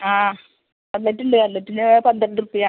ആ കട്ലറ്റ് ഉണ്ട് കട്ലറ്റിന് പന്ത്രണ്ട് റുപ്യ